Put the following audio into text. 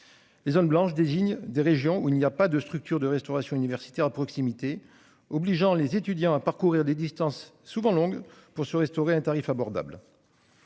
Les zones blanches désigne des régions où il n'y a pas de structure de restauration universitaire à proximité, obligeant les étudiants à parcourir des distances souvent longue pour se restaurer un tarif abordable.